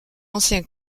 ancien